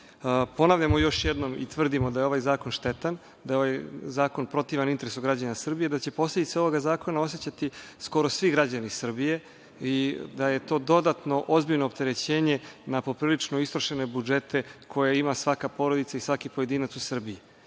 Ponavljamo još jednom i tvrdimo da je ovaj zakon štetan, da je ovaj zakon protivan interesima građana Srbije, da će posledice ovoga zakona osećati skoro svi građani Srbije i da je to dodatno opterećenje na poprilično istrošene budžete koje ima svaka porodica, svaki pojedinac u Srbiji. Molim